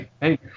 Hey